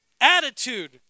attitude